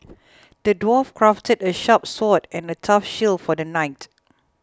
the dwarf crafted a sharp sword and a tough shield for the knight